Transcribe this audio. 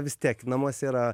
vis tiek namuose yra